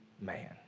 man